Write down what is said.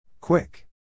Quick